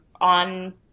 on